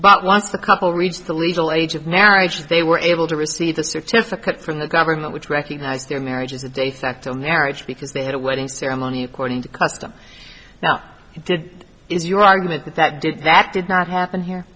but once the couple reached the legal age of marriage they were able to receive the certificate from the government which recognized their marriage as a de facto marriage because they had a wedding ceremony according to custom now did is your argument that that did that did not happen here